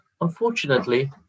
unfortunately